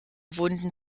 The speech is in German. wunden